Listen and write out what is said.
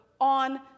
on